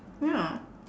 ya